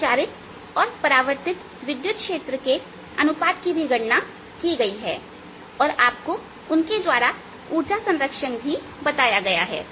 संचारित और परावर्तित विद्युत क्षेत्र के अनुपात की भी गणना की गई है और आपको उनके द्वारा उर्जा संरक्षण भी बताया गया है